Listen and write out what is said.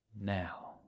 now